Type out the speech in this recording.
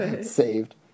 saved